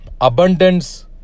abundance